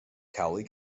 cowley